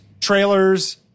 trailers